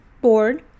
board